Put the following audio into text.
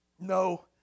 No